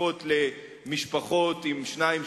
תוספות למשפחות עם שניים,